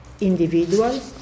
individual